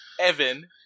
Evan